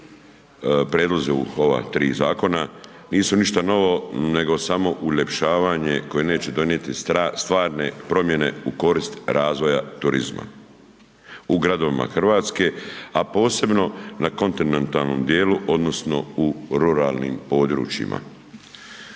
prijedlozi u ova 3 zakona nisu ništa novo, nego samo uljepšavanje koje neće donijeti stvarne promijene u korist razvoja turizma u gradovima RH, a posebno na kontinentalnom dijelu odnosno u ruralnim područjima.